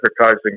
advertising